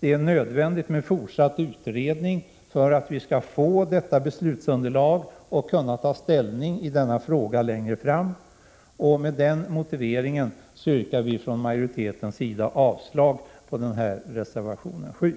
Det är nödvändigt med fortsatt utredning för att vi skall få detta beslutsunderlag och kunna ta ställning i denna fråga längre fram. — Med den motiveringen yrkar vi från majoritetens sida avslag på reservation 7.